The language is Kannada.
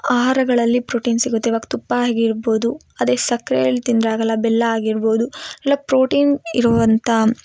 ಆಹಾರಗಳಲ್ಲಿ ಪ್ರೋಟಿನ್ ಸಿಗುತ್ತೆ ಇವಾಗ ತುಪ್ಪ ಆಗಿರ್ಬೋದು ಅದೇ ಸಕ್ರೆಯಲ್ಲಿ ತಿಂದ್ರ ಆಗಲ್ಲ ಬೆಲ್ಲ ಆಗಿರ್ಬೋದು ಇಲ್ಲ ಪ್ರೋಟೀನ್ ಇರೋವಂಥ